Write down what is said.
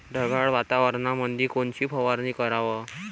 ढगाळ वातावरणामंदी कोनची फवारनी कराव?